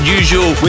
usual